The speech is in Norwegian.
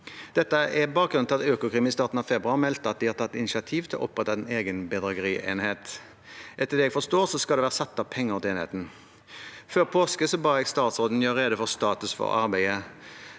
Dette er bakgrunnen for at Økokrim i starten av februar meldte at de har tatt initiativ til å opprette en egen bedragerienhet. Etter det jeg forstår, skal det være satt av penger til enheten. Før påske ba jeg statsråden gjør rede for status for arbeidet,